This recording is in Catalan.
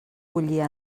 bullir